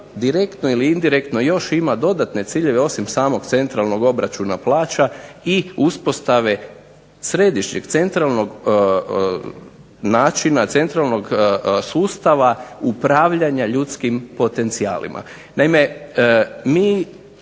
direktno ili indirektno još ima dodatne ciljeve osim samog centralnog obračuna plaća i uspostave središnjeg centralnog načina, centralnog sustava upravljanja ljudskim potencijalima. Naime, mi